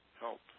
help